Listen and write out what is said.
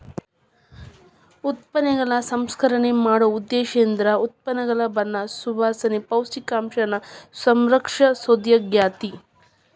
ಉತ್ಪನ್ನಗಳ ಸಂಸ್ಕರಣೆ ಮಾಡೊ ಉದ್ದೇಶೇಂದ್ರ ಉತ್ಪನ್ನಗಳ ಬಣ್ಣ ಸುವಾಸನೆ, ಪೌಷ್ಟಿಕಾಂಶನ ಸಂರಕ್ಷಿಸೊದಾಗ್ಯಾತಿ